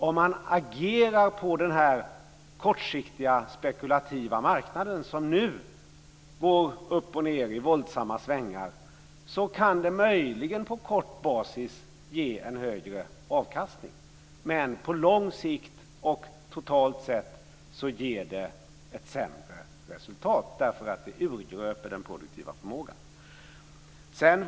Om man agerar på den kortsiktiga spekulativa marknad som nu går upp och ned i våldsamma svängar kan det möjligen ge en högre avkastning på kort basis, men på lång sikt och totalt sett ger det ett sämre resultat, eftersom det urgröper den produktiva förmågan.